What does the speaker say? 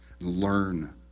Learn